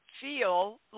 feel